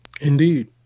Indeed